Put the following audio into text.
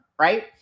right